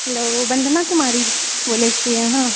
hello Vandana Kumari बोलए छी अहाँ